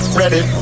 ready